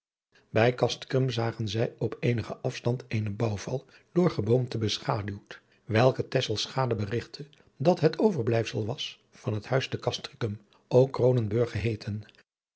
bij castricum zagen zij op eenigen afstand eenen bouwval door geboomte beschaduwd welke tesselschade berigtte dat het overblijfsel was van het huis te castricum ook kroonenburg geheeten